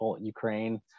Ukraine